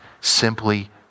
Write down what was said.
simply